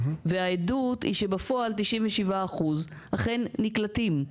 והעדות היא שבפועל 97% אכן נקלטים.